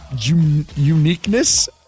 uniqueness